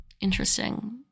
Interesting